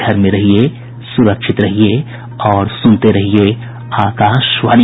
घर में रहिये सुरक्षित रहिये और सुनते रहिये आकाशवाणी